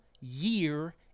year